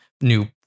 new